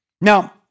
Now